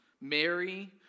Mary